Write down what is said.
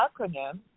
acronym